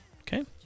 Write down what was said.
Okay